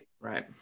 Right